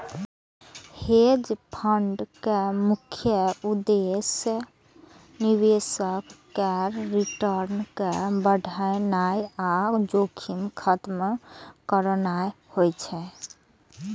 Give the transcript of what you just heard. hedge fund के मुख्य उद्देश्य निवेशक केर रिटर्न कें बढ़ेनाइ आ जोखिम खत्म करनाइ होइ छै